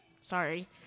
sorry